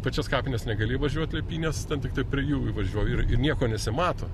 pačias kapines negali įvažiuot liepynės tiktai prie jų įvažiuoji ir ir nieko nesimato